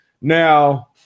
Now